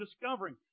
discovering